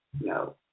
no